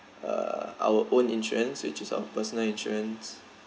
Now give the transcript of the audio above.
uh our own insurance which is our personal insurance